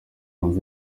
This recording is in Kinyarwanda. wumve